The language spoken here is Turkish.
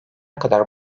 kadar